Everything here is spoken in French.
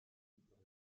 dans